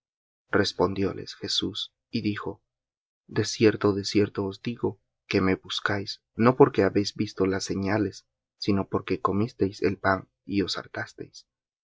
acá respondióles jesús y dijo de cierto de cierto os digo que me buscáis no porque habéis visto las señales sino porque comisteis el pan y os